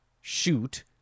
shoot